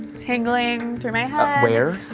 tingling through my head where?